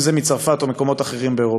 אם מצרפת או ממקומות אחרים באירופה.